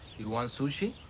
you want sushi?